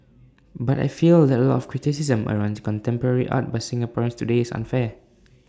but I feel that A lot of the criticism around contemporary art by Singaporeans today is unfair